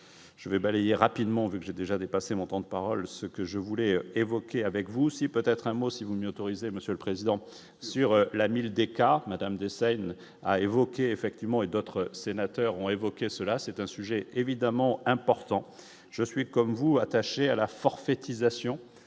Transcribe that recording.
Je vais balayer rapidement vu, j'ai déjà dépassé mon temps de parole, ce que je voulais évoquer avec vous, c'est peut-être un mot si vous m'y autorisez monsieur le président, sur la 1000 cas madame de scène a évoqué effectivement et d'autres sénateurs ont évoqué cela, c'est un sujet évidemment important, je suis comme vous attacher à la forfaitisation